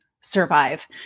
survive